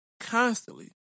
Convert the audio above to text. Constantly